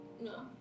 No